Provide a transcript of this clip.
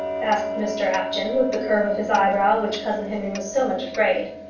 asked mr apjohn, with the curve of his eyebrow of which cousin henry was so much afraid.